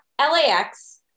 LAX